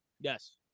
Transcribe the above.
Yes